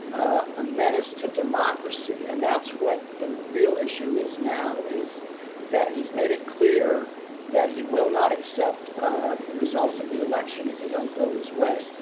a menace to democracy. and that's what the real issue is now, is that he's made it clear that he will not accept the results of the election if they don't go his way.